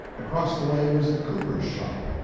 across the way was a cooper's shop.